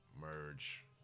merge